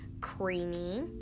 creamy